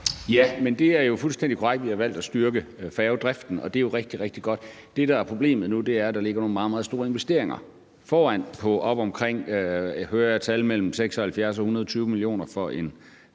Ja, det er fuldstændig korrekt, at vi har valgt at styrke færgedriften, og det er jo rigtig, rigtig godt. Det, der er problemet nu, er, at der ligger nogle meget, meget store investeringer forude på oppe omkring et tal mellem 76 og 120 mio. kr.,